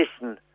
listen